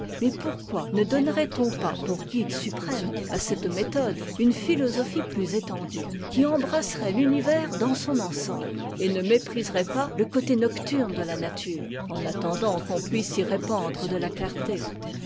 mais pourquoi ne donnerait-on pas pour guide suprême à cette méthode une philosophie plus étendue qui embrasserait l'univers dans son ensemble et ne mépriserait pas le côté nocturne de la nature en attendant qu'on puisse y répandre de la clarté